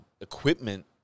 equipment